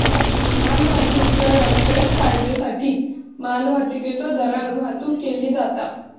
मालवाहतूक ह्या व्यावसायिक फायद्योसाठी मालवाहतुकीच्यो दरान वाहतुक केला जाता